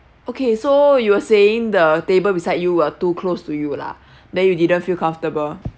okay so you were saying the table beside you were too close to you lah then you didn't feel comfortable